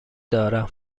دارم